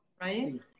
right